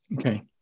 Okay